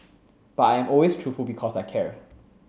but I am always truthful because I care